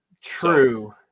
true